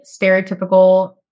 stereotypical